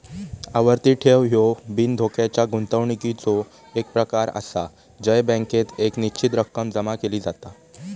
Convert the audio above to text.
आवर्ती ठेव ह्यो बिनधोक्याच्या गुंतवणुकीचो एक प्रकार आसा जय बँकेत एक निश्चित रक्कम जमा केली जाता